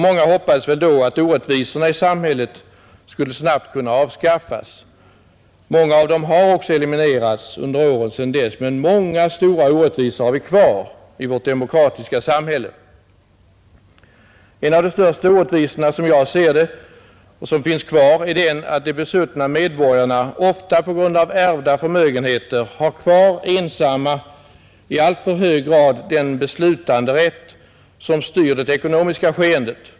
Många hoppades väl då att orättvisorna i samhället snabbt skulle kunna avskaffas. Många av dem har också eliminerats sedan dess, men många stora orättvisor har vi kvar i vårt demokratiska samhälle. En av de största orättvisorna — såsom jag ser det — som finns kvar är den att de besuttna medborgarna ofta tack vare ärvda förmögenheter har kvar ensamma i alltför hög grad den beslutanderätt som styr det ekonomiska skeendet.